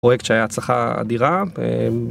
פרויקט שהיה הצלחה אדירה, ב...